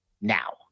now